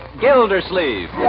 Gildersleeve